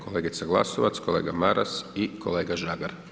Kolegica Glasovac, kolega Maras i kolega Žagar.